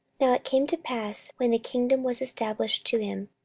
now it came to pass, when the kingdom was established to him,